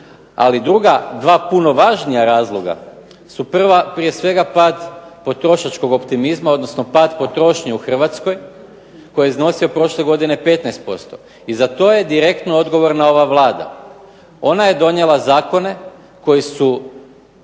Ali druga 2, puno važnija razloga, su prije svega pad potrošačkog optimizma, odnosno pad potrošnje u Hrvatskoj koji je iznosio prošle godine 15% i za to je direktno odgovorna ova Vlada. Ona je donijela zakone koji su